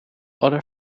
other